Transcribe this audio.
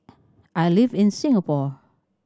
I live in Singapore